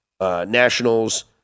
Nationals